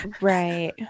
Right